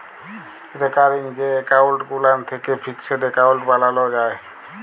recurring যে account গুলান থ্যাকে ফিকসেড এক্কাউল্ট বালালো যায়